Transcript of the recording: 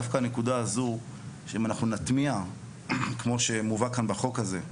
דווקא הנקודה הזו אם אנחנו נטמיע כמו שמובא כאן בחוק הזה,